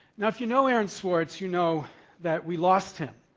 now if you know aaron swartz, you know that we lost him